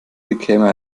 bekäme